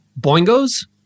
Boingos